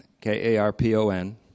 K-A-R-P-O-N